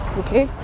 okay